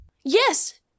Yes